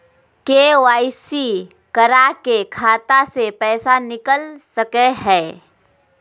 KYC करा के खाता से पैसा निकल सके हय?